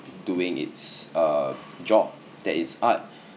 doing it's uh job that is art